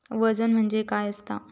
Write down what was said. वजन म्हणजे काय असता?